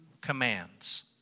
commands